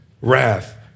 Wrath